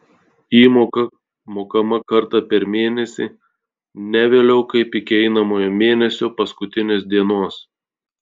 įmoka mokama kartą per mėnesį ne vėliau kaip iki einamojo mėnesio paskutinės dienos